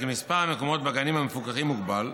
"כי מספר המקומות בגנים המפוקחים מוגבל,